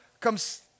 comes